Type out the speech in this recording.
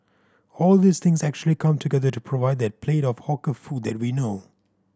all these things actually come together to provide that plate of hawker food that we know